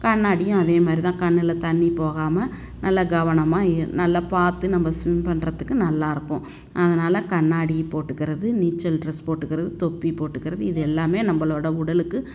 கண்ணாடியும் அதே மாதிரி தான் கண்ணில் தண்ணி போகாமல் நல்லா கவனமாக இரு நல்லா பார்த்து நம்ப ஸ்விம் பண்ணுறத்துக்கு நல்லாயிருக்கும் அதனால் கண்ணாடி போட்டுக்கறது நீச்சல் ட்ரெஸ் போட்டுக்கிறது தொப்பி போட்டுக்கிறது இது எல்லாமே நம்பளோடய உடலுக்கு